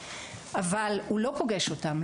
אבל הוא לא פוגש אותם,